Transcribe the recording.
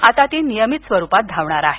आता ती नियमित स्वरूपात धावणार आहे